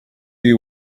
you